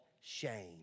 shame